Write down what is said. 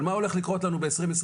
אבל מה הולך לקרות לנו ב-2022,